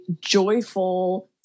joyful